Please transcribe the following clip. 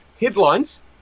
headlines